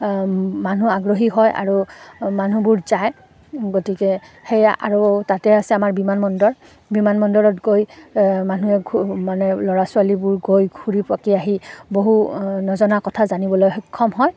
মানুহ আগ্ৰহী হয় আৰু মানুহবোৰ যায় গতিকে সেয়া আৰু তাতে আছে আমাৰ বিমান বন্দৰ বিমান বন্দৰত গৈ মানুহে মানে ল'ৰা ছোৱালীবোৰ গৈ ঘূৰি পকি আহি বহু নজনা কথা জানিবলৈ সক্ষম হয়